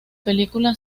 película